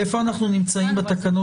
איפה אנחנו נמצאים בתקנות?